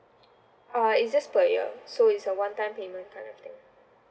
uh it's just per year so it's a one time payment kind of thing